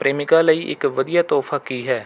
ਪ੍ਰੇਮਿਕਾ ਲਈ ਇੱਕ ਵਧੀਆ ਤੋਹਫ਼ਾ ਕੀ ਹੈ